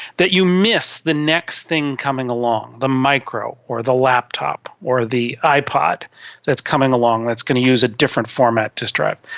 that you miss the next thing coming along, the micro or the laptop, or the ipod that's coming along that's going to use a different format disk drive.